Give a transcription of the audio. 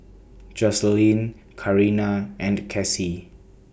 Jocelynn Karina and Casie